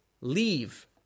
leave